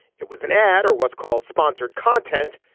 it was an ad or what's called sponsored content.